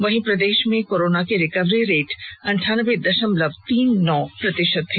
वहीं प्रदेश में कोरोना की रिंकवरी रेट अनठानबे दशमलव तीन नौ प्रतिशत हैं